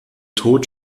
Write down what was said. tod